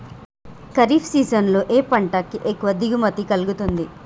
Kharif season లో ఏ పంట కి ఎక్కువ దిగుమతి కలుగుతుంది?